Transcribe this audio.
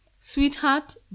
sweetheart